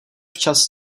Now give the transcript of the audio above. včas